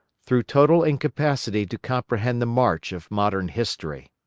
through total incapacity to comprehend the march of modern history.